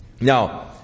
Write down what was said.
Now